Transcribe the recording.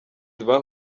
diamond